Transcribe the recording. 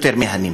יותר מהנים.